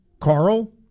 Carl